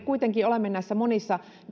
kuitenkin olemme näissä monissa